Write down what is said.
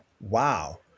wow